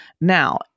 Now